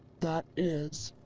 that is.